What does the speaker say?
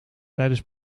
tijdens